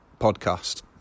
podcast